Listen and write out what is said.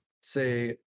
say